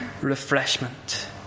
refreshment